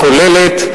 הכוללת,